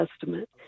Testament